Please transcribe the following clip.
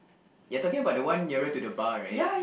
you're talking about the one nearer to the bar right